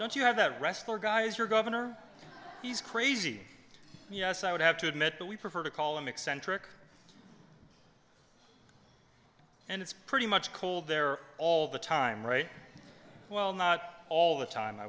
don't you have that wrestler guys your governor he's crazy yes i would have to admit that we prefer to call him eccentric and it's pretty much cold there all the time right well not all the time i